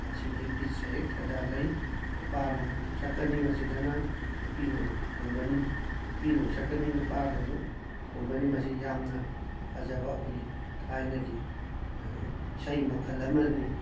ꯑꯁꯤꯗꯒꯤ ꯁꯩꯍꯦꯛ ꯁꯩꯗꯥ ꯂꯩ ꯅꯨꯄꯥꯅ ꯑꯃꯨꯛ ꯀꯨ ꯁꯛꯀꯅꯤ ꯃꯁꯤꯗꯅ ꯅꯨꯄꯤꯅ ꯑꯃꯨꯛ ꯈꯨꯝꯒꯅꯤ ꯅꯨꯄꯤꯅ ꯑꯃꯨꯛ ꯁꯛꯀꯅꯤ ꯅꯨꯄꯥꯅ ꯑꯃꯨꯛ ꯈꯨꯝꯒꯅꯤ ꯃꯁꯤ ꯌꯥꯝꯅ ꯐꯖꯕ ꯑꯩꯈꯣꯏꯒꯤ ꯊꯥꯏꯅꯒꯤ ꯏꯁꯩ ꯃꯈꯜ ꯑꯃꯅꯤ